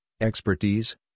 expertise